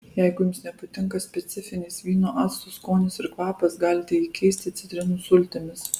jeigu jums nepatinka specifinis vyno acto skonis ir kvapas galite jį keisti citrinų sultimis